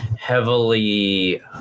heavily